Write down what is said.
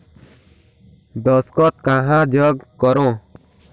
दस्खत कहा जग करो?